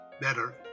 better